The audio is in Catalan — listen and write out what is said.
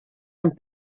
amb